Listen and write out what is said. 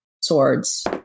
swords